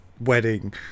wedding